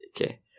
okay